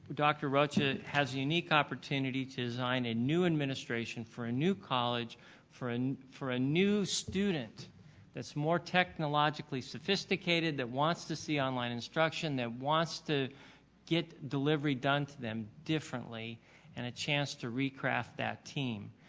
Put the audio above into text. dr. rocha has a unique opportunity to design a new administration for a new college for and for a new student that's more technologically sophisticated that wants to see online instruction that wants to get delivery done to them differently and a chance to re-craft that team.